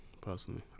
personally